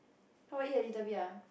I will eat a little bit ah